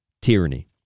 tyranny